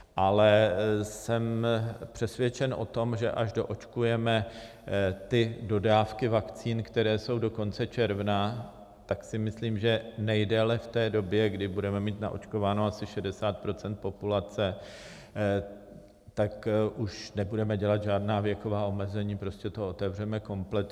Ale jsem přesvědčen o tom, že až doočkujeme dodávky vakcín, které jsou do konce června, tak si myslím, že nejdéle v době, kdy budeme mít naočkováno asi 60 % populace, tak už nebudeme dělat žádná věková omezení, prostě to otevřeme komplet.